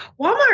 walmart